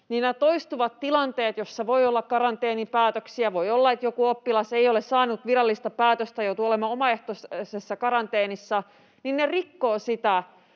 toistuvat tilanteet, joissa voi olla karanteenipäätöksiä ja voi olla, että joku oppilas ei ole saanut virallista päätöstä ja joutuu olemaan omaehtoisessa karanteenissa, rikkovat sitä